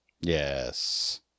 Yes